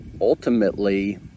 Ultimately